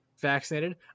vaccinated